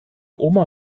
oma